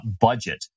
budget